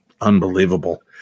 Unbelievable